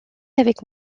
avec